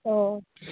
औ